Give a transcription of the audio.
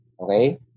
Okay